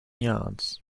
yards